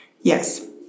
Yes